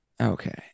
Okay